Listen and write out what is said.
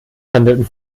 handelten